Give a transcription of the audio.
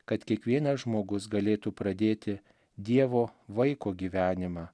kad kiekvienas žmogus galėtų pradėti dievo vaiko gyvenimą